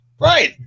Right